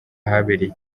ahabereye